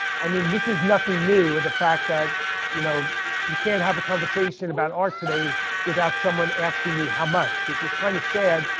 i mean this is nothing new, the fact that you know you can't have a conversation about art today without someone asking you how much, which is kind of sad,